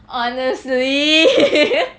honestly